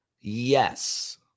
yes